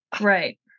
Right